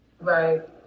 right